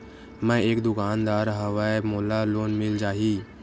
मै एक दुकानदार हवय मोला लोन मिल जाही?